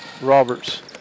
Roberts